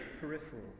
peripheral